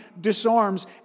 disarms